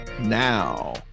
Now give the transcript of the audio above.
now